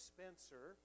Spencer